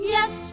Yes